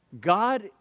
God